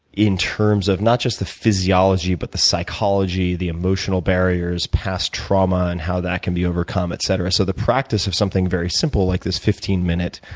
in terms of not just the physiology, but the psychology, the emotional barriers, past trauma and how that can be overcome, etc. so the practice of something very simple, like this fifteen minute,